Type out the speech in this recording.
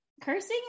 Cursing